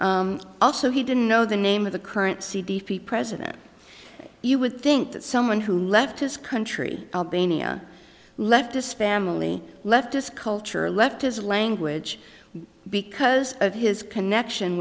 also he didn't know the name of the current c d p president you would think that someone who left his country albania leftist family leftist culture left his language because of his connection